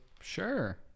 sure